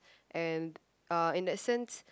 and uh in that sense